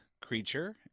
creature